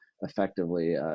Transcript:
effectively